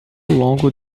longo